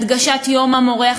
הדגשת יום המורה,